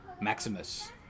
Maximus